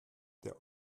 der